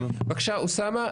בבקשה, אוסאמה.